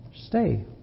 Stay